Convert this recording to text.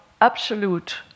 absolute